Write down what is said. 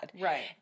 Right